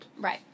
Right